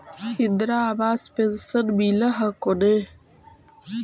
इन्द्रा आवास पेन्शन मिल हको ने?